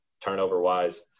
turnover-wise